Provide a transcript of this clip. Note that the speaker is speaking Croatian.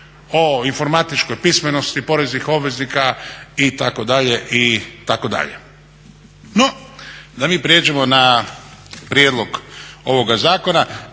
o informatičkoj pismenosti poreznih obveznika itd. itd. No, da mi prijeđeno na prijedlog ovoga zakona,